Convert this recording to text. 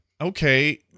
Okay